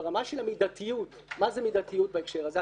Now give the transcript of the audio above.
ברמה של המידתיות מה זה מידתיות בהקשר הזה?